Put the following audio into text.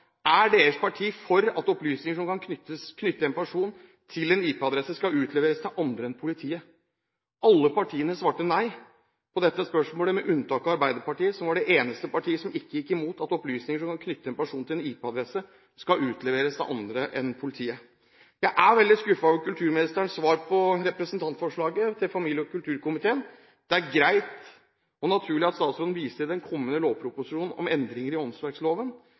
deres parti for at opplysninger som kan knytte en person til en IP-adresse skal utleveres til andre enn politiet?» Alle partiene svarte nei på dette spørsmålet, med unntak av Arbeiderpartiet, som var det eneste partiet som ikke gikk imot at opplysninger som kan knytte en person til en IP-adresse, skal utleveres til andre enn politiet. Jeg er veldig skuffet over kulturministerens svar på representantforslaget til familie- og kulturkomiteen. Det er greit og naturlig at statsråden viser til den kommende lovproposisjonen om endringer i åndsverksloven.